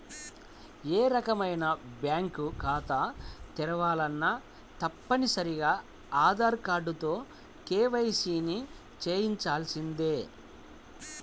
ఏ రకమైన బ్యేంకు ఖాతా తెరవాలన్నా తప్పనిసరిగా ఆధార్ కార్డుతో కేవైసీని చెయ్యించాల్సిందే